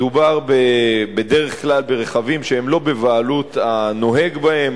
מדובר בדרך כלל ברכבים שהם לא בבעלות הנוהג בהם.